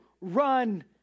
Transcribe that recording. run